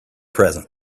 present